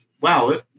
wow